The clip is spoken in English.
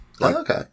Okay